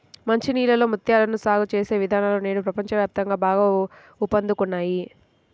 మంచి నీళ్ళలో ముత్యాలను సాగు చేసే విధానాలు నేడు ప్రపంచ వ్యాప్తంగా బాగా ఊపందుకున్నాయి